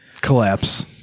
collapse